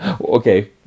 okay